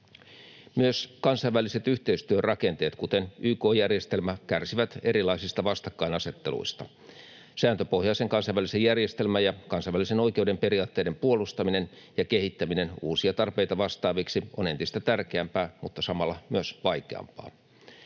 Myös kansainväliset yhteistyörakenteet, kuten YK-järjestelmä, kärsivät erilaisista vastakkainasetteluista. Sääntöpohjaisen kansainvälisen järjestelmän ja kansainvälisen oikeuden periaatteiden puolustaminen ja kehittäminen uusia tarpeita vastaaviksi on entistä tärkeämpää mutta samalla myös vaikeampaa.